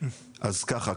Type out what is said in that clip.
אז ככה,